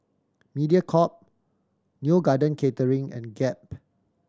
Mediacorp Neo Garden Catering and Gap